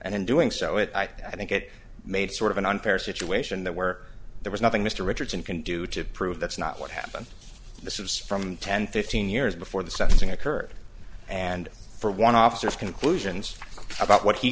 and in doing so it i think it made sort of an unfair situation that where there was nothing mr richardson can do to prove that's not what happened this is from ten fifteen years before the sentencing occurred and for one officer of conclusions about what he